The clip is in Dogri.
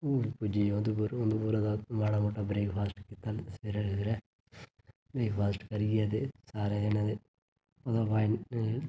हुन पुज्जी गऽ उधमपुर उधमपुरा दा माड़ा मुट्ठा ब्रेक फास्ट कीता सबेरे सबेरे ब्रेक फास्ट करियै ते सारे जनें ते ओहदे बाद